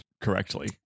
correctly